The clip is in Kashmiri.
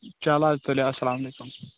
چلو اَدٕ تیٚلہِ اَسلام علیکُم